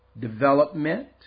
development